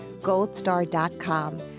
goldstar.com